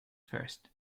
first